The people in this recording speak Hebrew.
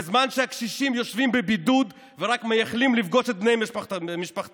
בזמן שהקשישים יושבים בבידוד ורק מייחלים לפגוש את בני משפחתם,